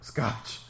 Scotch